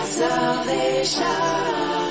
salvation